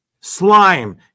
Slime